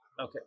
Okay